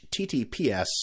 https